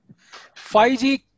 5G